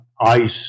ice